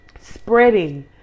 spreading